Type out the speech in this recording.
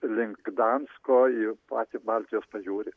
link gdansko į patį baltijos pajūrį